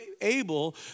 able